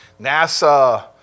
NASA